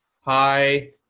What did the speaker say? hi